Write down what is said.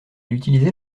utilisait